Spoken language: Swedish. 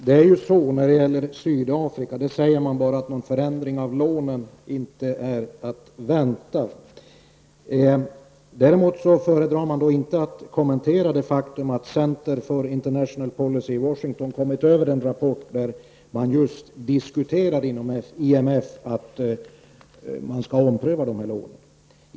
Herr talman! När det gäller Sydafrika säger utskottet att någon förändring av lånen inte är att vänta. Man föredrar däremot att inte kommentera det faktum att Center for International Policy i Washington kommit över en rapport om att man inom IMF diskuterar en omprövning av dessa lån.